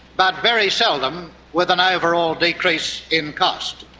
but very seldom with an overall decrease in cost.